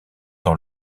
dans